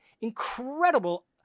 incredible